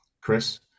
Chris